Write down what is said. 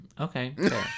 Okay